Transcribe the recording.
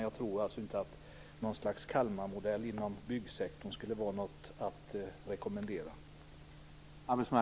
Jag tror inte att Kalmarmodellen inom byggsektorn skulle vara någonting att rekommendera.